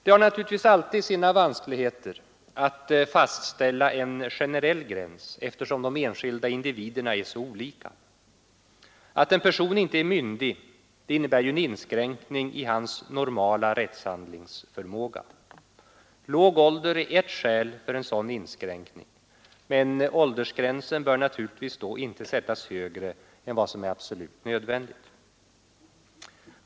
Det har naturligtvis sina vanskligheter att fastställa en generell gräns, eftersom de enskilda individerna är mycket olika. Att en person inte är myndig inne bär en inskränkning i hans normala rättshandlingsförmåga. Låg ålder är ett skäl för en sådan inskränkning, men åldersgränsen bör då naturligtvis inte sättas högre än vad som är absolut nödvändigt.